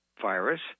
virus